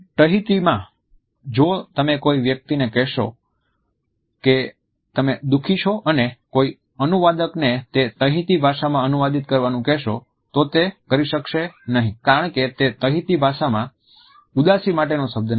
તહિટીમાં જો તમે કોઈ વ્યક્તિને કહેવાનો પ્રયાસ કરી રહ્યાં છો કે તમે દુઃખી છો અને કોઈ અનુવાદકને તે તહિતી ભાષામાં અનુવાદિત કરવાનું કહેશો તો તે કરી શકશે નહીં કારણ કે તહિતી ભાષામાં ઉદાસી માટેનો શબ્દ નથી